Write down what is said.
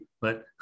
but-